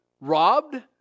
robbed